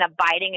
abiding